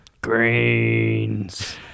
Greens